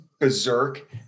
berserk